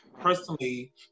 personally